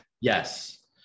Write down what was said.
Yes